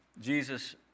Jesus